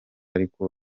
ariko